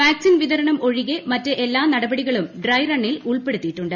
vaccine വിതരണം ഒഴികെ മറ്റെല്ലാ നടപടികളും ഡ്രൈ റണ്ണിൽ ഉൾപ്പെടുത്തിയി ട്ടുണ്ട്